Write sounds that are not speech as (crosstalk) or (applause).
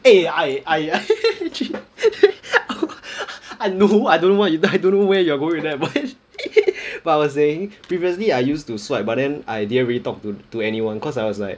eh I I (laughs) I know I don't know what you I don't know where you're going with that but (laughs) I was saying previously I used to swipe but then I didn't really talk to to anyone cause I was like